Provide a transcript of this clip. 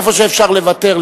איפה שאפשר לוותר,